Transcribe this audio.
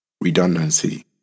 Redundancy